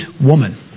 woman